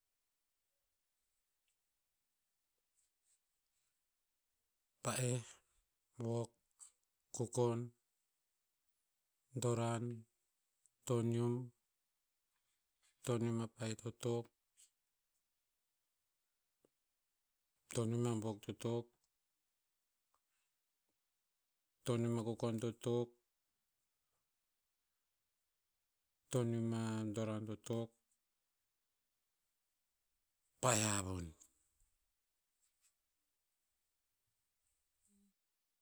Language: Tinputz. Pa'eh, buok, kukon, ndoran, tonium, tonium mea pa'eh to tok, tonium mea buok to tok, tonium mea kukon to tok, tonium mea ndoran to tok, pa'eh o havun.